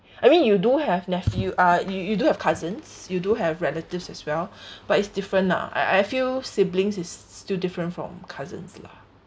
I mean you do have nephew ah you you do have cousins you do have relatives as well but it's different lah I I feel siblings is still different from cousins lah